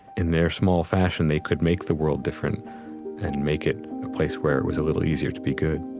in their small fashion, they could make the world different and make it a place where it was a little easier to be good